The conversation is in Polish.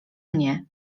mnie